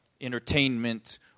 entertainment